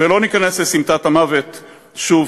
ולא ניכנס לסמטת המוות שוב,